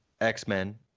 X-Men